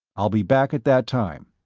i'll be back at that time.